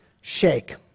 shake